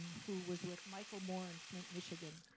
who was with michael moore in flint, michigan.